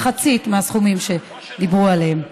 מחצית מהסכומים שדיברו עליהם.